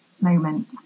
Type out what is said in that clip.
moment